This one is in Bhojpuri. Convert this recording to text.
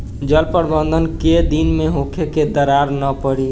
जल प्रबंधन केय दिन में होखे कि दरार न पड़ी?